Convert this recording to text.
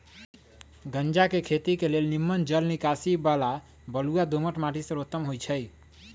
गञजा के खेती के लेल निम्मन जल निकासी बला बलुआ दोमट माटि सर्वोत्तम होइ छइ